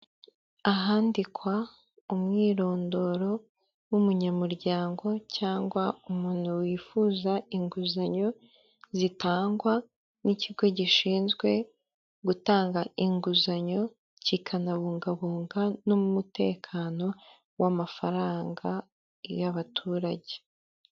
Ahandikwa umwirondoro w'umunyamuryango cyangwa umuntu wifuza inguzanyo, zitangwa n'ikigo gishinzwe gutanga inguzanyo, kikanabungabunga n'umutekano w'amafaranga y'abaturage.